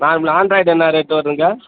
நார்மலா ஆண்ட்ராய்டு என்ன ரேட்டு வருதுங்க